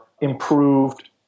improved